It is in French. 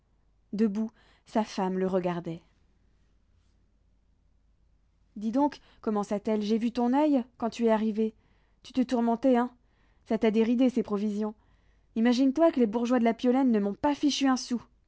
debout sa femme le regardait dis donc commença-t-elle j'ai vu ton oeil quand tu es arrivé tu te tourmentais hein ça t'a déridé ces provisions imagine toi que les bourgeois de la piolaine ne m'ont pas fichu un sou